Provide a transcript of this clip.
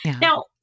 Now